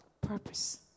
purpose